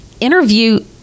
interview